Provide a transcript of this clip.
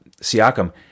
Siakam